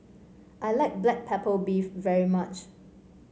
I like Black Pepper Beef very much